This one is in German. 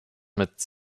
mit